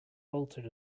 bolted